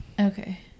okay